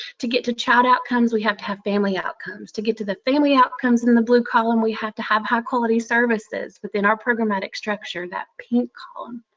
to get to child outcomes, we have to have family outcomes, to get to the family outcomes in the blue column, we have to have high-quality services services within our programmatic structure, that pink column.